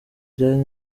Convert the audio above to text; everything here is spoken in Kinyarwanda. rya